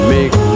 Make